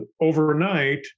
overnight